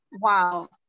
Wow